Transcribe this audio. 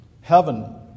Heaven